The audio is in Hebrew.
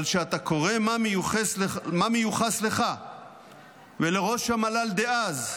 אבל כשאתה קורא מה מיוחס לך ולראש המל"ל דאז,